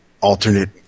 alternate